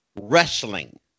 wrestling